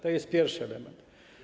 To jest pierwszy element.